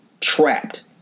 trapped